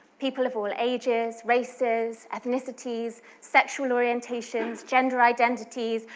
people of all ages, races, ethnicities, sexual orientations, gender identities,